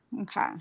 okay